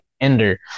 ender